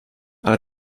ale